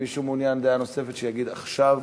אם מישהו מעוניין בדעה נוספת, שיגיד עכשיו